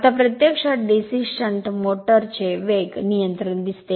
आता प्रत्यक्षात DC shunt motor चे वेग नियंत्रण दिसते